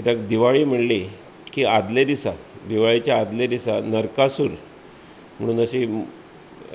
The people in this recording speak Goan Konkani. कित्याक दिवाळी म्हटली की आदले दिसाक दिवाळेच्या आदले दिसा नरकासूर म्हणून अशीं